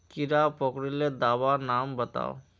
कीड़ा पकरिले दाबा नाम बाताउ?